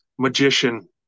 magician